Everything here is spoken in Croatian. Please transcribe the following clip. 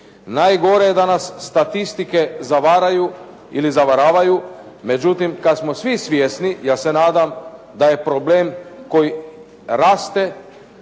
Najgore je da nas statistike zavaraju ili zavaravaju. Međutim, kad smo svjesni ja se nadam da je problem koji raste,